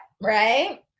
right